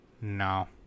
No